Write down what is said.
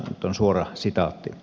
nyt on suora sitaatti